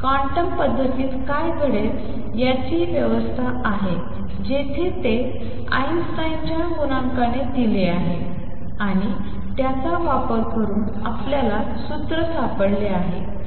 quantum पद्धतीत काय घडेल याची व्यवस्था आहे जेथे ते आइन्स्टाईनच्या गुणांकाने दिले आहे आणि त्याचा वापर करून आपल्याला सूत्र सापडले आहे